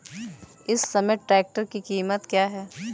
इस समय ट्रैक्टर की कीमत क्या है?